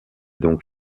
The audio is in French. donc